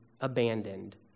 abandoned